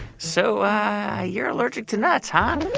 so you're allergic to nuts, huh?